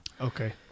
Okay